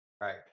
Right